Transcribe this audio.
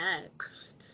next